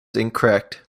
incorrect